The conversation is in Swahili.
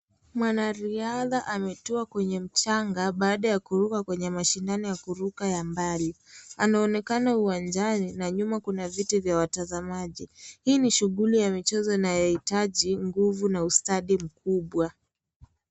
Mwanariadha ametua kwenye mchanga baada ya kuruka kwenye mashindano ya kuruka ya mbali. Anaonekana uwanjani na nyuma kuna viti vya watazamaji. Hii ni shughuli ya michezo inayohitaji nguvu na ustadi mkubwa.